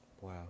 Wow